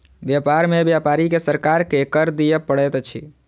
व्यापार में व्यापारी के सरकार के कर दिअ पड़ैत अछि